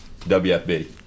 WFB